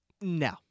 no